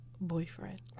boyfriend